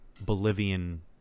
Bolivian